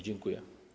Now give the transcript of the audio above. Dziękuję.